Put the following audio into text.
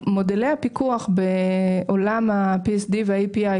מודלי הפיקוח בעולם ה-PSD וה-API,